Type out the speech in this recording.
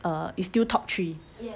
err is still top three